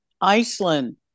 Iceland